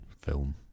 film